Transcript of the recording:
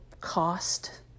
cost